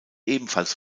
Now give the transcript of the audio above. ebenfalls